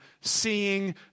seeing